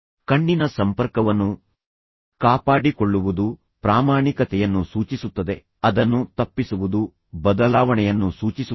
ಕಣ್ಣಿನ ಸಂಪರ್ಕವನ್ನು ಕಾಪಾಡಿಕೊಳ್ಳುವುದು ಪ್ರಾಮಾಣಿಕತೆಯನ್ನು ಸೂಚಿಸುತ್ತದೆ ಅದನ್ನು ತಪ್ಪಿಸುವುದು ಬದಲಾವಣೆಯನ್ನು ಸೂಚಿಸುತ್ತದೆ